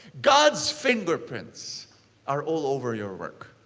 god's fingerprints are all over your work.